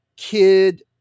kid